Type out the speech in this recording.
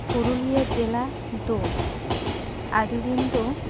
ᱯᱩᱨᱩᱞᱤᱭᱟᱹ ᱡᱮᱞᱟ ᱫᱚ ᱟᱹᱰᱤ ᱫᱤᱱ ᱫᱚ